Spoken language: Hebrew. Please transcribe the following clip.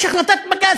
יש החלטת בג"ץ,